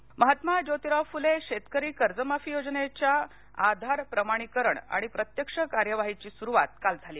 कर्जमाफी महात्मा ज्योतीराव फुले शेतकरी कर्जमाफी योजनेच्या आधार प्रमाणिकरण आणि प्रत्यक्ष कार्यवाहीची सुरुवात काल झाली